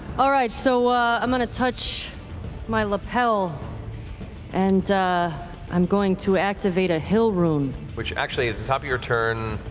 all right, so i'm going to touch my lapel and i'm going to activate a hill rune. matt which actually, at the top of your turn,